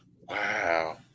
wow